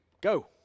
go